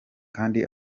kandi